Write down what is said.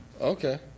Okay